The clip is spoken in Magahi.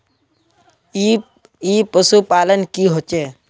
ई पशुपालन की होचे?